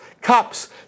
cups